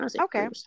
okay